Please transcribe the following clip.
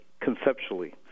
conceptually